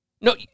No